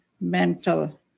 mental